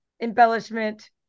embellishment